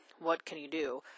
what-can-you-do